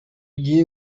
gihe